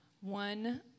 One